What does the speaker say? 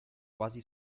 quasi